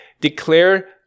declare